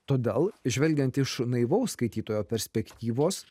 todėl žvelgiant iš naivaus skaitytojo perspektyvos